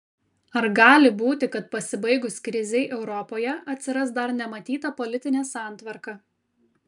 ar gali būti kad pasibaigus krizei europoje atsiras dar nematyta politinė santvarka